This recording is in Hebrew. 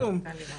כלום.